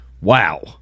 Wow